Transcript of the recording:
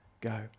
go